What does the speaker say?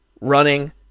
running